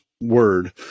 word